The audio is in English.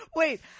Wait